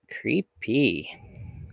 Creepy